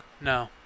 No